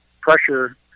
pressure